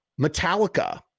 Metallica